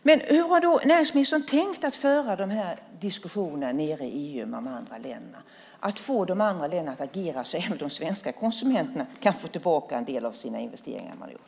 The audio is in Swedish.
Hur har alltså näringsministern tänkt föra den här diskussionen i EU med de andra länderna så att de agerar så att även de svenska konsumenterna kan få tillbaka en del av sina investeringar?